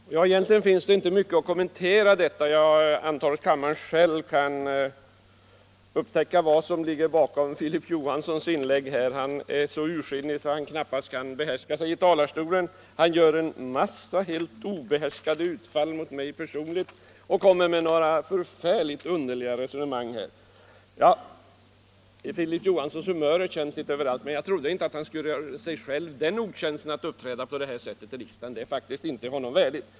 Fru talman! Egentligen är herr Johanssons i Holmgården inlägg inte mycket att kommentera; jag antar att kammarledamöterna själva kan upptäcka vad som ligger bakom det. Herr Filip Johansson är så ursinnig att han knappast kan behärska sig i talarstolen, han gör en massa personliga utfall mot mig och kommer med förfärligt underliga resonemang. Nå, Filip Johanssons humör är känt litet överallt, men jag trodde inte att han skulle göra sig själv otjänsten att uppträda på det här sättet i riksdagen; det är faktiskt inte honom värdigt.